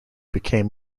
became